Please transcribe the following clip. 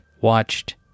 watched